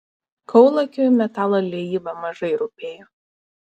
kaulakiui metalo liejyba mažai rūpėjo